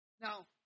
Now